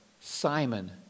Simon